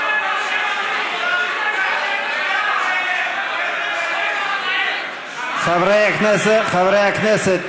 זו הצהרת מלחמה על העם הפלסטיני, חברי הכנסת.